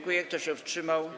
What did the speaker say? Kto się wstrzymał?